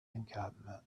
encampment